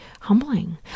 Humbling